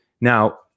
Now